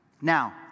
Now